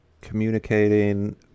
communicating